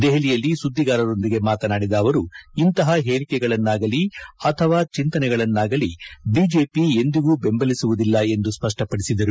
ದೆಹಲಿಯಲ್ಲಿ ಸುದ್ದಿಗಾರರೊಂದಿಗೆ ಮಾತನಾದಿದ ಅವರು ಇಂತಹ ಹೇಳಿಕೆಗಳನ್ನಾಗಲಿ ಅಥವಾ ಚಿಂತನೆಗಳನ್ನಾಗಲಿ ಬಿಜೆಪಿ ಎಂದಿಗೂ ಬೆಂಬಲಿಸುವುದಿಲ್ಲ ಎಂದು ಸ್ಪಷ್ವಪದಿಸಿದರು